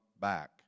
back